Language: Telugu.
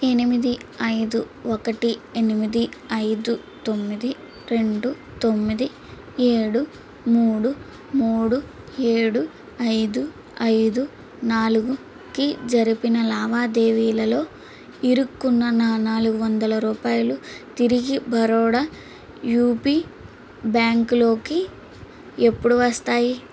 ఎనిమిది ఐదు ఒకటి ఎనిమిది ఐదు తొమ్మిది రెండు తొమ్మిది ఏడు మూడు మూడు ఏడు ఐదు ఐదు నాలుగుకి జరిపిన లావాదేవీలో ఇరుక్కున్న నా నాలగు వందల రూపాయలు తిరిగి బరోడా యూపీ బ్యాంక్లోకి ఎప్పుడు వస్తాయి